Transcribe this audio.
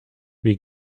wie